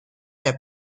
der